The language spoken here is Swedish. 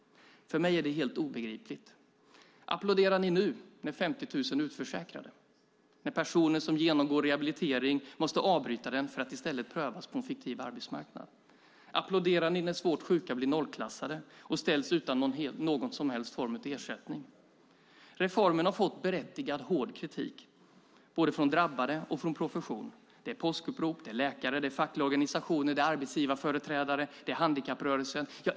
För mig är det helt obegripligt. Applåderar ni nu, när 50 000 är utförsäkrade och när personer som genomgår rehabilitering måste avbryta den för att i stället prövas mot en fiktiv arbetsmarknad? Applåderar ni när svårt sjuka blir nollklassade och blir utan någon som helst ersättning? Reformen har fått berättigad hård kritik både från drabbade och från profession. Det är påskuppropet, läkare, fackliga organisationer, arbetsgivarföreträdare och handikapprörelsen.